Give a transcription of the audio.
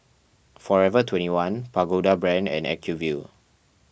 forever twenty one Pagoda Brand and Acuvue